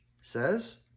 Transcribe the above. says